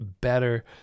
better